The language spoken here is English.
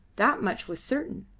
that much was certain.